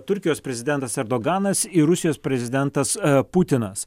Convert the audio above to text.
turkijos prezidentas erdoganas ir rusijos prezidentas putinas